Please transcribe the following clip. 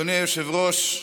אדוני היושב-ראש,